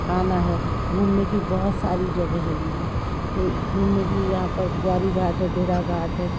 खाना है घुमने की बहुत सारे जगह हैंगी घूमने की यहाँ पर गौरी घाट हैं बेड़ा घाट है